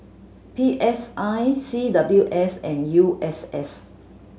P S I C W S and U S S